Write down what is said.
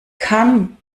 kann